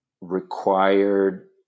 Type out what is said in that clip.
required